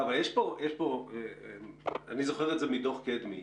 אני זוכר את זה מדוח קדמי.